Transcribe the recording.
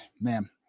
man